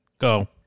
Go